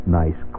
nice